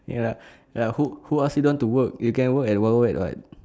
ya ya who who ask you don't want to work you can work at wild wild wet [what]